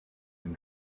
and